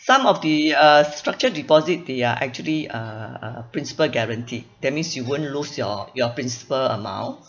some of the uh structured deposit they are actually uh uh principal guaranteed that means you won't lose your your principal amount